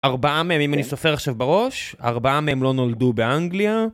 ארבעה מהם, אם אני סופר עכשיו בראש, ארבעה מהם לא נולדו באנגליה.